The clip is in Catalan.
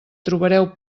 trobareu